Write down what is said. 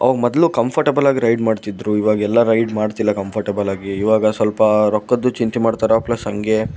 ಅವು ಮೊದಲು ಕಂಫರ್ಟೆಬಲಾಗಿ ರೈಡ್ ಮಾಡ್ತಿದ್ದರು ಇವಾಗೆಲ್ಲ ರೈಡ್ ಮಾಡ್ತಿಲ್ಲ ಕಂಫರ್ಟೆಬಲಾಗಿ ಇವಾಗ ಸ್ವಲ್ಪ ರೊಕ್ಕದ್ದು ಚಿಂತೆ ಮಾಡ್ತಾರೆ ಪ್ಲಸ್ ಹಾಗೇ